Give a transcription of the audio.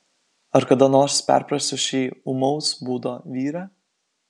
ar kada nors perprasiu šį ūmaus būdo vyrą